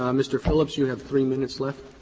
um mr. phillips, you have three minutes left.